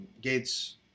Gates